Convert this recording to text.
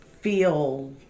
feel